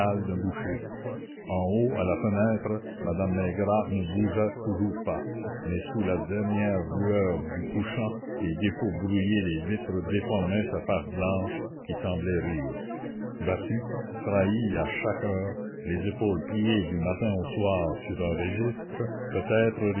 d'un boucher en haut à la fenêtre madame maigrat ne bougeait toujours pas mais sous la dernière lueur du couchant les défauts brouillés des vitres déformaient sa face blanche qui semblait rire battue trahie à chaque heure les épaules pliées du matin au soir sur un registre peut-être